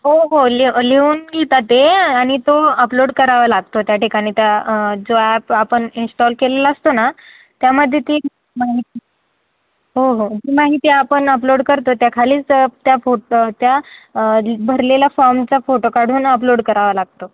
हो हो लि लिहून घेतात ते आणि तो अपलोड करावा लागतो त्या ठिकाणी त्या जो ॲप आपण इन्श्टॉल केलेला असतो ना त्यामध्ये ती माहिती हो हो ती माहिती आपण अपलोड करतो त्याखालीच त्या फो त्या भरलेल्या फॉर्मचा फोटो काढून अपलोड करावा लागतो